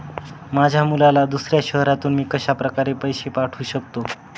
माझ्या मुलाला दुसऱ्या शहरातून मी कशाप्रकारे पैसे पाठवू शकते?